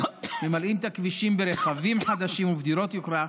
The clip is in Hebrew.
ממלאים את הכבישים ברכבים חדשים ובדירות יוקרה.